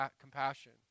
compassion